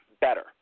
better